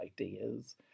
ideas